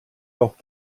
noch